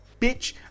bitch